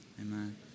amen